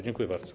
Dziękuję bardzo.